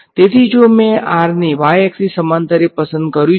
તેથી જો મેં આ r ને y અક્ષ ની સમાંતરે પસંદ કર્યું છે